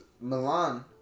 Milan